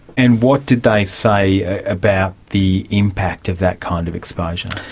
and what did they say about the impact of that kind of exposure?